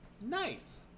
Nice